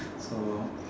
so